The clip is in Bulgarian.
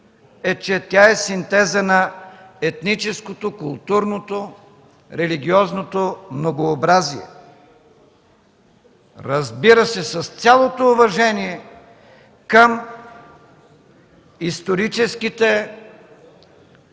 е, че тя е синтез на етническото, културното и религиозното еднообразие, разбира се, с цялото уважение към историческите